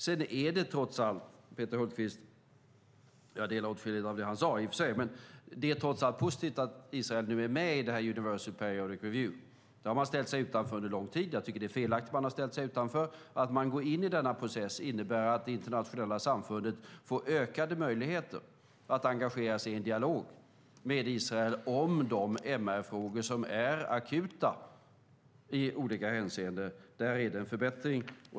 Jag delar åtskilligt av det Peter Hultqvist sade. Men det är trots allt positivt att Israel nu är med i Universal Periodic Review. Det har man ställt sig utanför under lång tid. Jag tycker att det är felaktigt att man ställt sig utanför. Att man går in i denna process innebär att det internationella samfundet får ökade möjligheter att engagera sig i en dialog med Israel om de MR-frågor som är akuta i olika hänseenden. Där är det en förbättring.